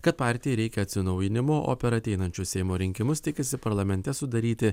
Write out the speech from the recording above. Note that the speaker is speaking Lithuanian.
kad partijai reikia atsinaujinimo o per ateinančius seimo rinkimus tikisi parlamente sudaryti